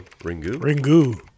Ringu